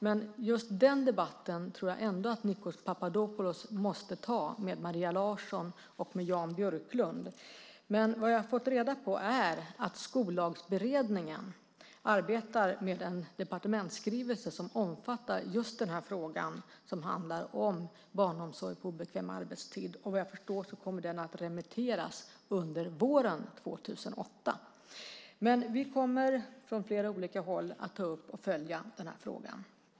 Men just den debatten tror jag ändå att Nikos Papadopoulos måste ta med Maria Larsson och Jan Björklund. Vad jag fått reda på är att Skollagsberedningen arbetar med en departementsskrivelse som omfattar just den här frågan som handlar om barnomsorg på obekväm arbetstid. Såvitt jag förstår kommer den att remitteras under våren 2008. Vi kommer från flera olika håll att ta upp och följa den frågan.